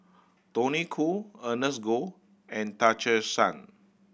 Tony Khoo Ernest Goh and Tan Che Sang